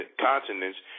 continents